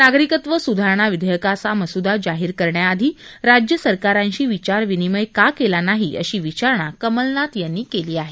नागरिकत्व सुधारणा विधेयकाचा मसुदा जाहीर करण्याआधी राज्य सरकारांशी विचारविनिमय का केला नाही अशी विचारणा कमलनाथ यांनी केली आहे